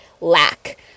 lack